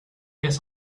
guess